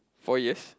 four years